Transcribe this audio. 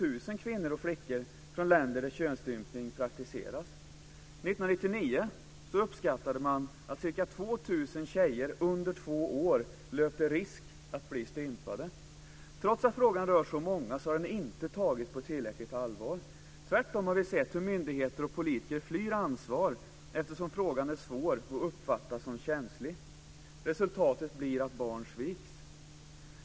uppskattade man att ca 2 000 tjejer under två år löpte risk att bli stympade. Trots att frågan rör så många har den inte tagits på tillräckligt allvar. Tvärtom har vi sett hur myndigheter och politiker flyr från ansvar eftersom frågan är svår och uppfattas som känslig. Resultatet är att barn sviks.